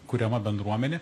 kuriama bendruomenė